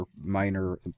minor